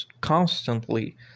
constantly